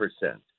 percent